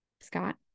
Scott